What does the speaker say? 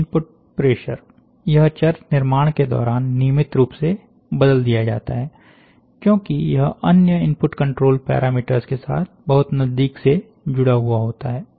input pressure यह चर निर्माण के दौरान नियमित रूप से बदल दिया जाता है क्योंकि यह अन्य इनपुट कंट्रोल पैरामीटर्स के साथ बहुत नजदीक से जुड़ा हुआ होता है